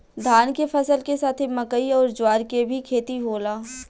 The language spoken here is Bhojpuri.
धान के फसल के साथे मकई अउर ज्वार के भी खेती होला